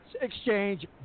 Exchange